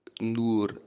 Nur